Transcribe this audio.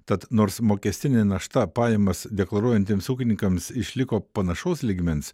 tad nors mokestinė našta pajamas deklaruojantiems ūkininkams išliko panašaus lygmens